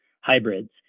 hybrids